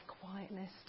quietness